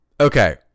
Okay